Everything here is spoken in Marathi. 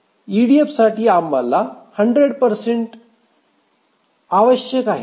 ईडीएफसाठी आम्हाला वापर 100 आवश्यक आहे